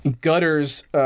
gutters